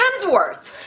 Hemsworth